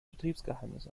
betriebsgeheimnis